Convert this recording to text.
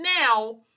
now